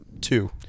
Two